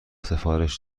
سفارش